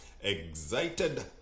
excited